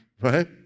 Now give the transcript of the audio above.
right